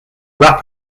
wrap